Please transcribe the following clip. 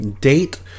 date